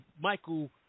Michael